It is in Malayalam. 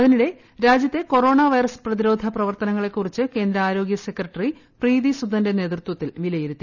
അതിനിടെ രാജ്യത്തെ കൊറോണ വൈറസ് പ്രതിരോധ പ്രവർത്തനങ്ങളെക്കുറിച്ച് കേന്ദ്ര ആരോഗ്യ സെക്രട്ടറി പ്രീതി സുദന്റെ നേതൃത്വത്തിൽ വിലയിരുത്തി